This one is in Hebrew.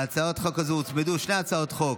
להצעת חוק זו הוצמדו שתי הצעות חוק,